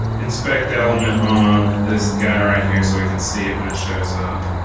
inspect element on this guy right here so we can see it when it shows up.